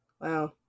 wow